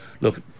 Look